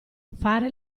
fare